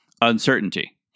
uncertainty